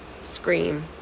scream